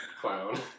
clown